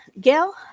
Gail